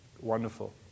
wonderful